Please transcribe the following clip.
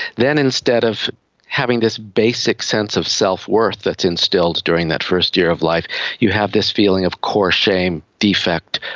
then instead of having this basic sense of self-worth that's instilled during that first year of life you have this feeling of core shame, defect,